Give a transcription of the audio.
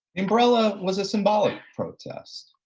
umbrella was a symbolic protest